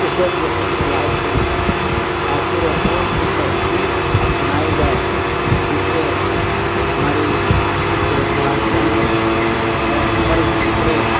اس وقت یہ فکر لاحق ہوئی آخر وہ کون سی ترکیب اپنائی جائے جس سے ہماری معاشی صورتِ حال صحیح ہو اور قرض اترے